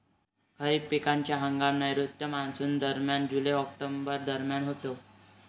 खरीप पिकांचा हंगाम नैऋत्य मॉन्सूनदरम्यान जुलै ऑक्टोबर दरम्यान होतो